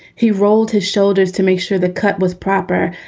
he rolled his shoulders to make sure the cut was proper,